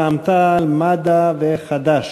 רע"ם-תע"ל-מד"ע וחד"ש.